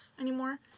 anymore